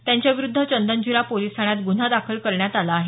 त्यांच्याविरुध्द Chandanzira police ठाण्यात ग्रन्हा दाखल करण्यात आला आहे